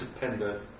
dependent